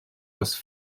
was